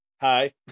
Hi